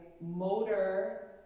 motor